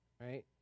right